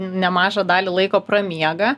nemažą dalį laiko pramiega